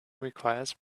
requires